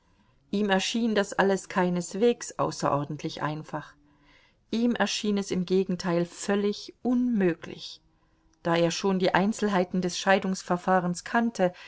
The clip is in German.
ihm erschien das alles keineswegs außerordentlich einfach ihm erschien es im gegenteil völlig unmöglich da er schon die einzelheiten des scheidungsverfahrens kannte